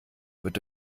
wird